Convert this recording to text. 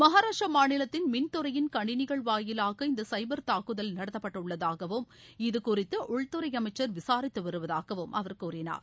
மகாராஷ்டிரா மாநிலத்தின் மின்துறையின் கணினிகள் வாயிவாக இந்த சைபர் தாக்குதல் நடத்தப்பட்டுள்ளதாகவும் இது குறித்து உள்துறை அமைச்சர் விசாரித்து வருவதாகவும் அவர் கூறினார்